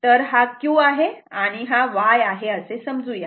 तर हा q आहे आणि हा y आहे असे समजू या